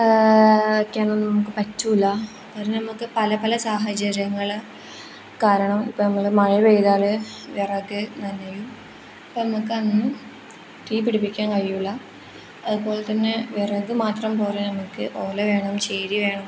വയ്ക്കാനൊന്നും നമുക്ക് പറ്റില്ല കാരണം നമുക്ക് പല പല സാഹചര്യങ്ങൾ കാരണം ഇപ്പം നമ്മൾ മഴ പെയ്താൽ വിറക് നനയും അപ്പം നമുക്കന്ന് തീ പിടിപ്പിക്കാൻ കഴിയില്ല അതുപോലെത്തന്നെ വിറക് മാത്രം പോര നമുക്ക് ഓല വേണം ചേരി വേണം